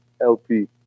LP